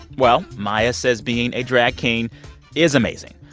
well, maya says being a drag king is amazing.